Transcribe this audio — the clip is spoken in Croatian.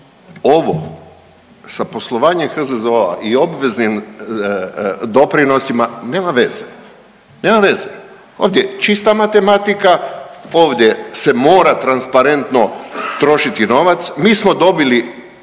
ovo sa poslovanjem HZZO-a i obveznim doprinosima nema veze, nema veze. Ovdje je čista matematika, ovdje se mora transparentno trošiti novac. Mi smo dobili